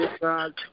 God